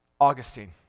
Augustine